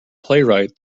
playwright